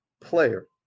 player